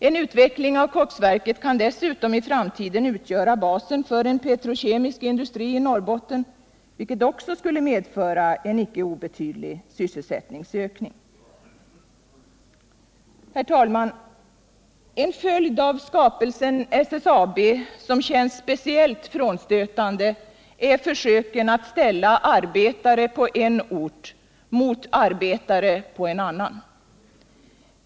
En utveckling av koksverket kan dessutom i framtiden utgöra basen för en petrokemisk industri i Norrbotten, vilket också skulle medföra en icke obetydlig sysselsättningsökning. En följd av skapelsen SSAB som känns speciellt frånstötande är försöken att ställa arbetare på en ort mot arbetare på en annan.